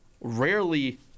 rarely